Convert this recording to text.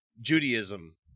Judaism